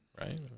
right